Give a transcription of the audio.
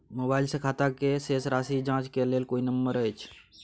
Mobile से खाता के शेस राशि जाँच के लेल कोई नंबर अएछ?